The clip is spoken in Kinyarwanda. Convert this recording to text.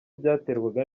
byaterwaga